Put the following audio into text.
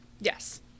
yes